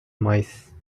mice